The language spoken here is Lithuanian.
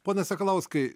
pone sakalauskai